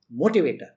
motivator